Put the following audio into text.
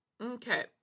Okay